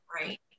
right